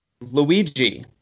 Luigi